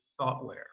thoughtware